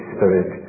Spirit